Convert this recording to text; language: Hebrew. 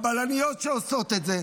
הבלניות שעושות את זה,